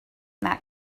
that